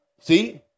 See